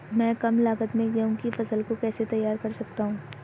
मैं कम लागत में गेहूँ की फसल को कैसे तैयार कर सकता हूँ?